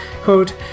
quote